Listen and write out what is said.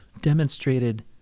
demonstrated